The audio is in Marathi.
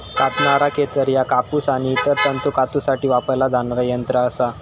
कातणारा खेचर ह्या कापूस आणि इतर तंतू कातूसाठी वापरला जाणारा यंत्र असा